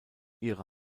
ihre